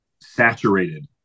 saturated